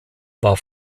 war